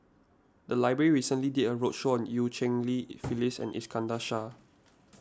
the library recently did a roadshow on Eu Cheng Li Phyllis and Iskandar Shah